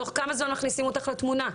תוך כמה זמן מכניסים אותך לתמונה?